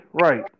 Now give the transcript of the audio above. Right